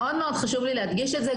מאוד מאוד חשוב לי להדגיש את זה.